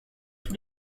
tous